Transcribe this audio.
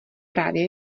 právě